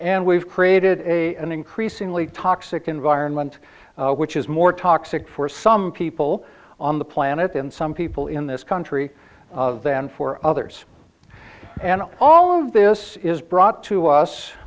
and we've created a an increasingly toxic environment which is more toxic for some people on the planet and some people in this country than for others and all of this is brought to us